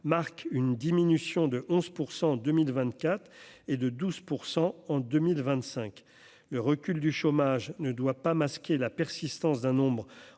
marque une diminution de 11 % en 2000 vingt-quatre et de 12 % en 2025, le recul du chômage ne doit pas masquer la persistance d'un nombre